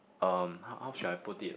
um how how should I put it like